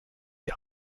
die